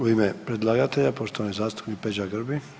U ime predlagatelja poštovani zastupnik Peđa Grbin.